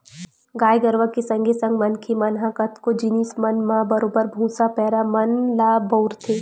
गाय गरुवा के संगे संग मनखे मन ह कतको जिनिस मन म बरोबर भुसा, पैरा मन ल बउरथे